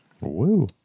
Woo